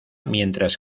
mientras